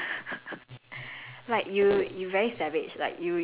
that's that's true but like okay I think wit is the best word to describe weird